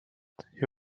who